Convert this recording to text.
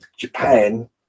Japan